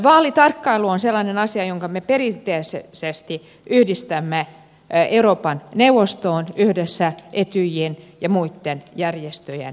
vaalitarkkailu on sellainen asia jonka me perinteisesti yhdistämme euroopan neuvostoon yhdessä etyjin ja muitten järjestöjen kanssa